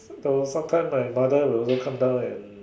though sometime my mother will always come down and